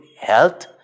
health